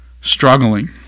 struggling